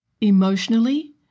emotionally